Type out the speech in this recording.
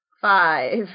five